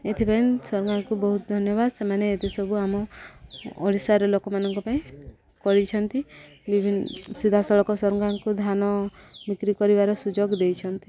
ଏଥିପାଇଁ ସରକାରଙ୍କୁ ବହୁତ ଧନ୍ୟବାଦ ସେମାନେ ଏତେ ସବୁ ଆମ ଓଡ଼ିଶାରେ ଲୋକମାନଙ୍କ ପାଇଁ କରିଛନ୍ତି ବିଭିନ୍ନ ସିଧାସଳଖ ସରକାରଙ୍କୁ ଧାନ ବିକ୍ରି କରିବାର ସୁଯୋଗ ଦେଇଛନ୍ତି